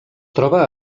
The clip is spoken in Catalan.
troba